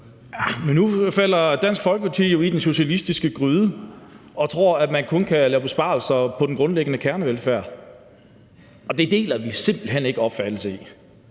Jamen nu falder Dansk Folkeparti jo i den socialistiske gryde og tror, at man kun kan lave besparelser på den grundlæggende kernevelfærd, og det deler vi simpelt hen ikke opfattelsen